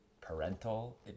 parental